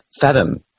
Fathom